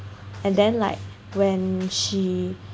and then like when she